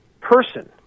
person